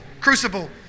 crucible